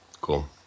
cool